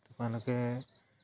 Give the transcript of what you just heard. তোমালোকে